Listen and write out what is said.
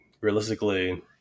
realistically